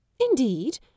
Indeed